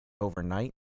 overnight